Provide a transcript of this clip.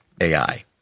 AI